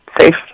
safe